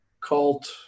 Cult